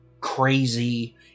crazy